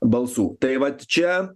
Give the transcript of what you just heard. balsų tai vat čia